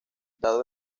dado